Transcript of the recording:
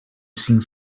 cinc